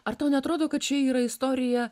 ar tau neatrodo kad čia yra istorija